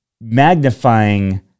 magnifying